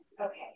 okay